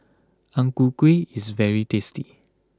Ang Ku Kueh is very tasty